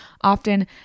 often